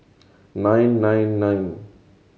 nine nine nine